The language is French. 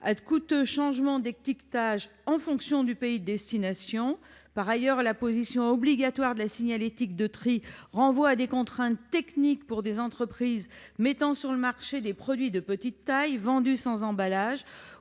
à de coûteux changements d'étiquetage en fonction du pays de destination. Par ailleurs, l'apposition obligatoire de la signalétique de tri renvoie à des contraintes techniques pour des entreprises mettant sur le marché des produits de petite taille, vendus sans emballage